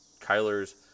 Kyler's